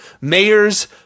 Mayors